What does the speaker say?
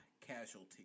casualty